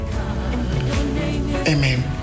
Amen